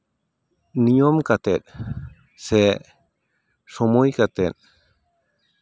ᱱᱤᱭᱚᱢ ᱠᱟᱛᱮ ᱥᱮ ᱥᱚᱢᱚᱭ ᱠᱟᱛᱮ